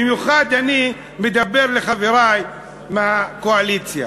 במיוחד אני מדבר אל חברי מהקואליציה.